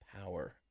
power